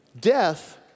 death